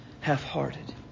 half-hearted